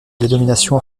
dénomination